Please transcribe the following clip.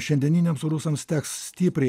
šiandieniniams rusams teks stipriai